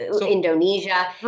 indonesia